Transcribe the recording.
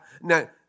Now